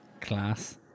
class